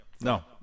No